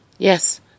Yes